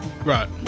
Right